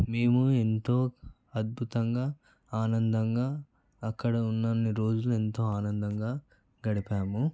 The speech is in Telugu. మేము ఎంతో అద్భుతంగా ఆనందంగా అక్కడ ఉన్నన్ని రోజులు ఎంతో ఆనందంగా గడిపాము